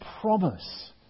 promise